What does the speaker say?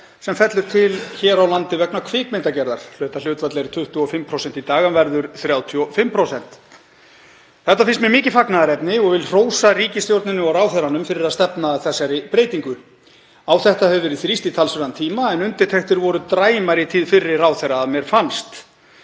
sem fellur til hér á landi vegna kvikmyndagerðar. Þetta hlutfall er 25% í dag en verður 35%. Þetta finnst mér mikið fagnaðarefni og vil hrósa ríkisstjórninni og ráðherranum fyrir að stefna að þessari breytingu. Á þetta hefur verið þrýst í talsverðan tíma en undirtektir voru dræmar í tíð fyrri ráðherra að mér fannst.